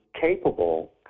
capable